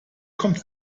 kommt